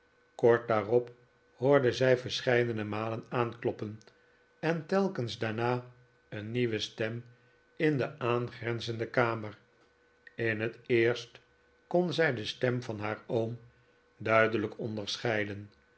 kort daarop hoorde zij verscheidene malen aankloppen en telkens daarna een nieuwe stem in de aangrenzende kamer in net eerst kon zij de stem van haar oom duidelijk onderscheiden